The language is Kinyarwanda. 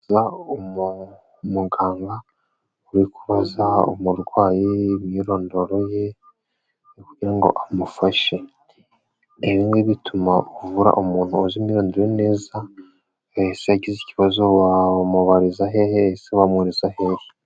Muganga uri kubaza umurwayi imyirondoro ye kugira ngo amufashe, ibingibi bituma uvura umuntu uzi imyirondoro neza, agize ikibazo wamubariza hehe, ese wamwohereza hehe.